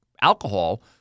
alcohol